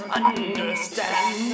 understand